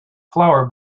flower